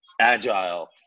agile